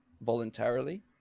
voluntarily